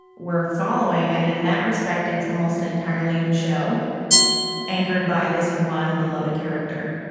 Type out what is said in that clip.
we're following, and in that respect, it's almost an entirely new show anchored by this one beloved character.